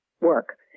work